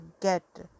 get